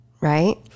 Right